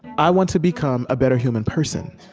i want to become a better human person.